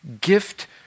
gift